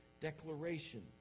declaration